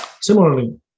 Similarly